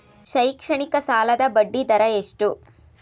ಶೈಕ್ಷಣಿಕ ಸಾಲದ ಬಡ್ಡಿ ದರ ಎಷ್ಟು?